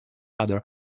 other